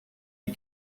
you